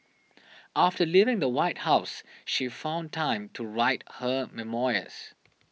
after leaving the White House she found time to write her memoirs